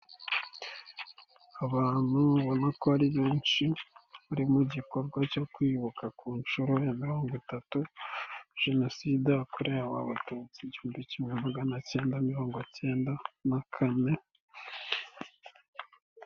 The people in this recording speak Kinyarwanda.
Abantu ubona ko ari benshi bari mu gikorwa cyo kwibuka ku nshuro ya mirongo itatu, jenoside yakorewe abatutsi igihumbi kimwe magana kenda mirongo ikenda na kane.